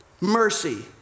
mercy